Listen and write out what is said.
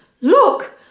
look